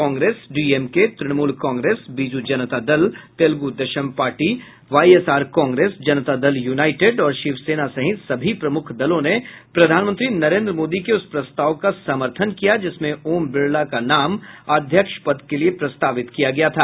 Congress DMK Trinamool Congress Biju Janata Dal Telugu Desam YSR Congress Janata Dal United और शिवसेनासहित सभी प्रमुख दलों ने प्रधानमंत्री नरेन्द्र मोदी के उस प्रस्ताव का समर्थन कियाजिसमें ओम बिड़ला का नाम अध्यक्ष पद के लिए प्रस्तावित किया गया था